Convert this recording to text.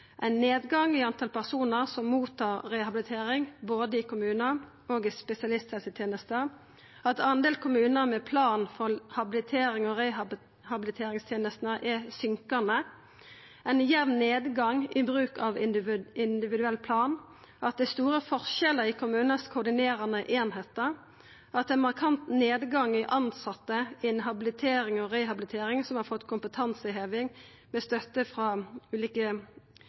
ein nedgang i talet på personar som får rehabilitering både i kommunehelsetenesta og i spesialisthelsetenesta, og at delen av kommunar med plan for habiliterings- og rehabiliteringstenestene går ned det er ein jamn nedgang i bruk av individuell plan det er store forskjellar i dei koordinerande einingane til kommunane det er markant nedgang i talet på tilsette innan habilitering og rehabilitering som har fått kompetanseheving med støtte frå ulike